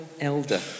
elder